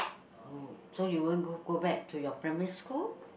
oh so you won't go go back to your primary school